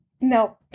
no